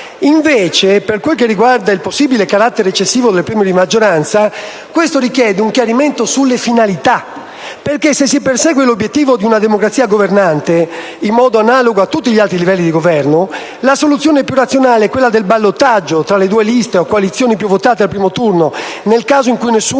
Invece, per quanto riguarda il possibile carattere recessivo del premio di maggioranza, ciò richiede un chiarimento sulle finalità, perché se si persegue l'obiettivo di una democrazia governante, in modo analogo a tutti gli altri livelli di governo, la soluzione più razionale è quella del ballottaggio tra le due liste o le due coalizioni più votate al primo turno, nel caso in cui nessuno